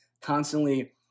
constantly